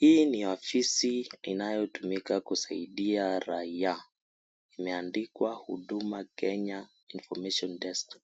Huu ni ofisi inayotumika kusaidia raiya Imeandikwa huduma kenya information desk